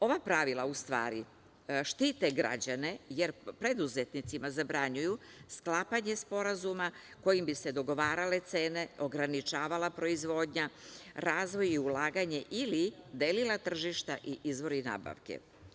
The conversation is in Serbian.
Ova pravila u stvari štite građane, jer preduzetnicima zabranjuju sklapanje sporazuma kojim bi se dogovarale cene, ograničavala proizvodnja, razvoj i ulaganje ili delila tržišta i izvore i nabavke.